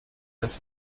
das